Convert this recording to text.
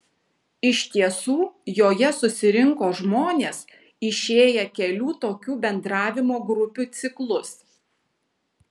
iš tiesų joje susirinko žmonės išėję kelių tokių bendravimo grupių ciklus